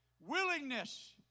Willingness